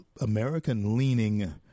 American-leaning